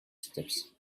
steps